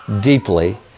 deeply